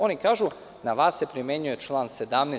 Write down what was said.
Oni kažu -na vas se primenjuje član 17.